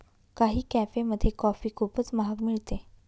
काही कॅफेमध्ये कॉफी खूपच महाग मिळते